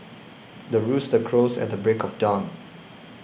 the rooster crows at the break of dawn